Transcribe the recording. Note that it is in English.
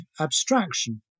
abstraction